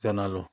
জনালোঁ